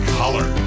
color